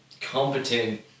Competent